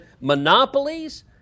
Monopolies